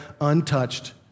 untouched